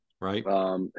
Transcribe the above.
Right